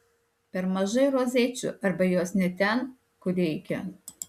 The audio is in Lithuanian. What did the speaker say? per mažai rozečių arba jos ne ten kur reikia